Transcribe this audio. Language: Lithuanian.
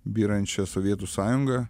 byrančią sovietų sąjungą